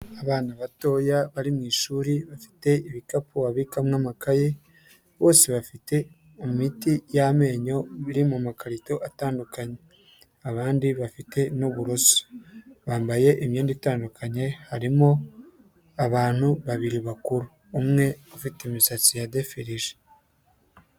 Abana batoya bari mu ishuri bafite ibikapu babikamo amakaye, bose bafite imiti y'amenyo iba iri mu makarito atandukanye. Abandi bafite n'uburoso, bambaye imyenda itandukanye, harimo abantu babiri bakuru, umwe ufite imisatsi yadefirije.